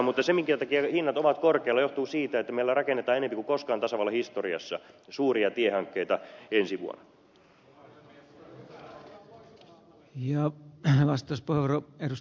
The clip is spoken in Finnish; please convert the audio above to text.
mutta se minkä takia hinnat ovat korkealla johtuu siitä että meillä rakennetaan enemmän kuin koskaan tasavallan historiassa suuria tiehankkeita ensi vuonna